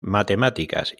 matemáticas